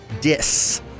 Dis